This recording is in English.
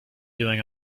doing